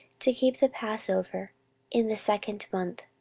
to keep the passover in the second month.